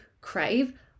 crave